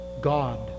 God